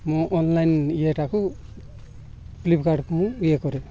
ମୁଁ ଅନଲାଇନ୍ ଇଏଟାକୁ ଫ୍ଲିପକାର୍ଟକୁ ମୁଁ ଇଏ କରେ